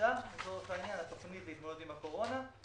הקופסה לצורך העניין התכנית להתמודדות עם הקורונה.